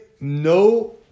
no